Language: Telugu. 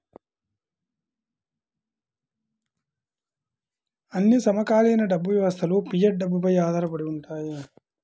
అన్ని సమకాలీన డబ్బు వ్యవస్థలుఫియట్ డబ్బుపై ఆధారపడి ఉంటాయి